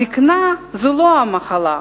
הזיקנה היא לא מחלה.